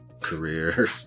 career